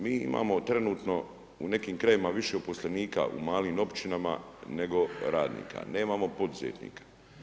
Mi imao trenutno u nekim krajevima više uposlenika u malim Općinama, nego radnika, nemamo poduzetnika.